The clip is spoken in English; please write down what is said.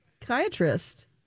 psychiatrist